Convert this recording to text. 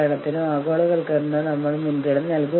കൂടാതെ യൂണിയന്റെ ഏതാനും പ്രതിനിധികളും ഉണ്ട്